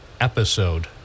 episode